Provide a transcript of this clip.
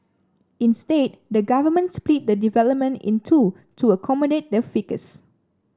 instead the government split the development in two to accommodate the ficus